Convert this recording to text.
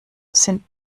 sind